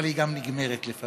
אבל היא גם נגמרת לפעמים.